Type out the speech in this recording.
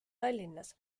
tallinnas